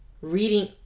reading